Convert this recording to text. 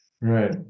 Right